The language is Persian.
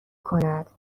کند